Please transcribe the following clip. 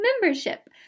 Membership